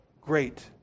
great